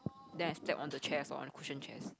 then I slept on the chairs on the cushion chairs